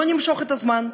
לא נמשוך את הזמן,